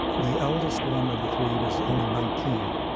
the eldest one of the three was only nineteen,